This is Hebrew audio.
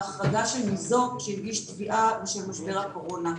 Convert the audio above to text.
ההחרגה של ניזוק שהגיש תביעה בשל משבר הקורונה.